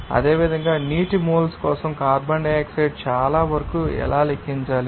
అదేవిధంగా నీటి మోల్స్ కోసం కార్బన్ డయాక్సైడ్ చాలా వరకు ఎలా లెక్కించాలి